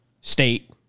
state